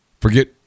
Forget